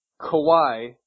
Kawhi